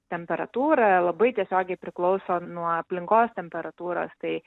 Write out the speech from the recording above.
temperatūra labai tiesiogiai priklauso nuo aplinkos temperatūros tai